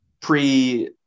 pre-